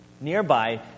nearby